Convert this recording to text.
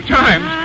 times